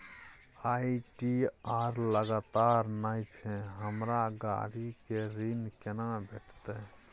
ITR लगातार नय छै हमरा गाड़ी के ऋण केना भेटतै?